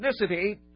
ethnicity